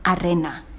arena